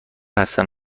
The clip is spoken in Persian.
هستم